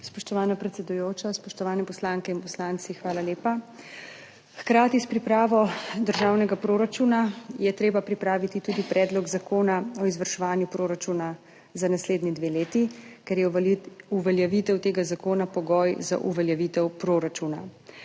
Spoštovana predsedujoča, spoštovane poslanke in poslanci! Hvala lepa. Hkrati s pripravo državnega proračuna je treba pripraviti tudi predlog zakona o izvrševanju proračuna za naslednji dve leti, ker je uveljavitev tega zakona pogoj za uveljavitev proračuna.